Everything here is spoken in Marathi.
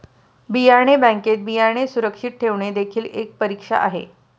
बियाणे बँकेत बियाणे सुरक्षित ठेवणे देखील एक परीक्षा आहे